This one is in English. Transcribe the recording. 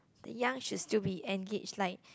the young should still be engaged like